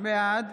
בעד